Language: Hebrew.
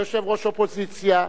כיושב-ראש האופוזיציה,